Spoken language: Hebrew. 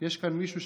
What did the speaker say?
יש כאן מישהו,